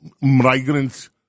migrants